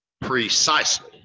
precisely